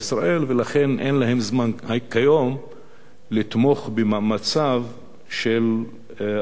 ולכן אין להם זמן כיום לתמוך במאמציו של אבו מאזן